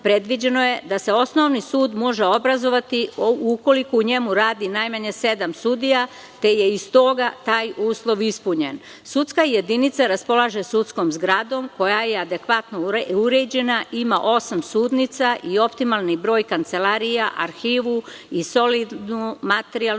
predviđeno je da se osnovni sud može obrazovati ukoliko u njemu radi najmanje sedam sudija, te je stoga taj uslov ispunjen. Sudska jedinica raspolaže sudskom zgradom koja je adekvatno uređena, ima osam sudnica i optimalni broj kancelarija, arhivu i solidnu materijalno-tehničku